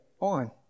on